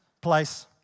place